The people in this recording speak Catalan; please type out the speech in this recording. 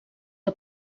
que